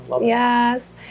yes